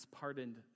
pardoned